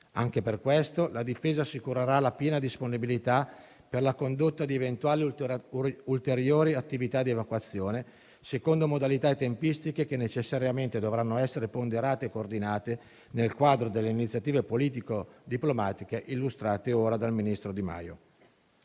anche per questo, la Difesa assicurerà la piena disponibilità per la condotta di eventuali ulteriori attività di evacuazione, secondo modalità e tempistiche che necessariamente dovranno essere ponderate e coordinate nel quadro delle iniziative politico-diplomatiche illustrate poco fa dal ministro Di Maio.